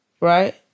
right